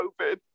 COVID